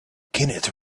kenneth